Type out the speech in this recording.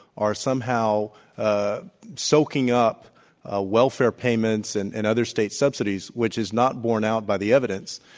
are somehow ah soaking up ah welfare payments and and other state subsidies which is not borne out by the evidence.